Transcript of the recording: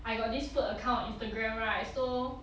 I got this food account on instagram right so